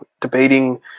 debating